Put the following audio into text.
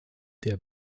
der